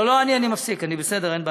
אני מפסיק, אין בעיה.